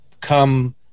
come